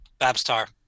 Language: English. Babstar